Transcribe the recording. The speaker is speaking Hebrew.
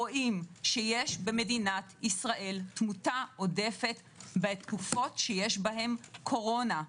רואים שיש במדינת ישראל תמותה עודפת בתקופות שיש בהן קורונה.